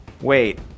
Wait